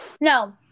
No